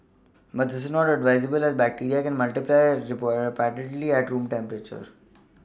but this is not advisable as bacteria can multiply rapidly at room temperature